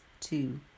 two